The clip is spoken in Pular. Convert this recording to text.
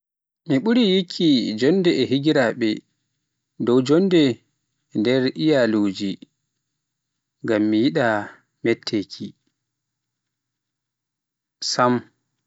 Mi ɓuri yikki jonnde e higiraaɓe dow joonde nder iyaluuji, ngam mi yiɗa mettek sami.